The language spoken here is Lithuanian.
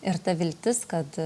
ir ta viltis kad